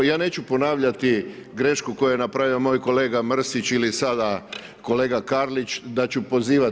Ja neću ponavljati grešku koju je napravio moj kolega Mrsić ili sada kolega Karlić da ću pozivat.